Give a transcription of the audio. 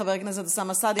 חבר הכנסת אוסאמה סעדי,